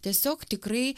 tiesiog tikrai